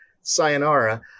Sayonara